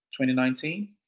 2019